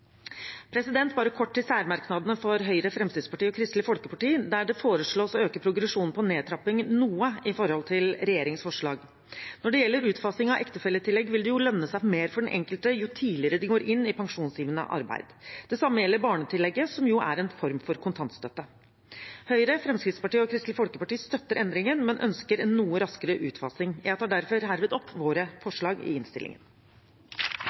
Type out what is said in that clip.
Bare kort til særmerknadene fra Høyre, Fremskrittspartiet og Kristelig Folkeparti der det foreslås å øke progresjonen på nedtrapping noe i forhold til regjeringens forslag. Når det gjelder utfasing av ektefelletillegg, vil det lønne seg mer for den enkelte jo tidligere de går inn i pensjonsgivende arbeid. Det samme gjelder barnetillegget, som jo er en form for kontantstøtte. Høyre, Fremskrittspartiet og Kristelig Folkeparti støtter endringen, men ønsker en noe raskere utfasing. Jeg tilrår derfor innstillingen. Som presidenten redegjorde for, har komiteen i